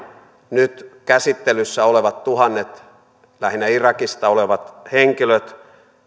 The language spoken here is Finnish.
nyt käsittelyssä olevat tuhannet lähinnä irakista olevat henkilöt